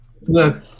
Look